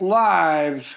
live